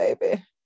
baby